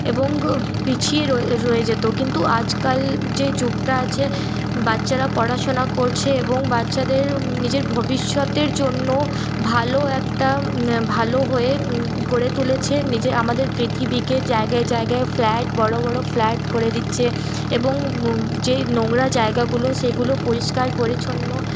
এবং পিছিয়ে রয়ে রয়ে যেত কিন্তু আজকাল যে যুগটা আছে বাচ্চারা পড়াশুনা করছে এবং বাচ্চাদের নিজের ভবিষ্যতের জন্য ভালো একটা ভালো হয়ে গড়ে তুলেছে নিজে আমাদের পৃথিবীকে জায়গায় জায়গায় ফ্লাট বড়ো বড়ো ফ্লাট করে দিচ্ছে এবং যেই নোংরা জায়গাগুলো সেগুলো পরিষ্কার পরিচ্ছন্ন